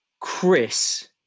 chris